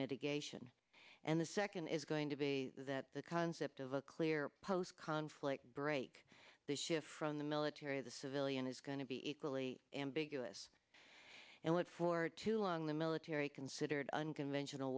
mitigation and the second is going to be that the concept of a clear post conflict break the shift from the military the civilian is going to be equally ambiguous and what for too long the military considered unconventional